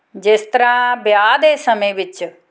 ਜਿਸ ਤਰ੍ਹਾਂ ਵਿਆਹ ਦੇ ਸਮੇਂ ਵਿੱਚ